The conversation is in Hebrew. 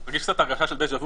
אני מרגיש הרגשה של דז'ה-וו,